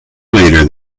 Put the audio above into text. later